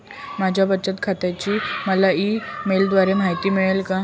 माझ्या बचत खात्याची मला ई मेलद्वारे माहिती मिळेल का?